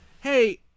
hey